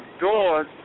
doors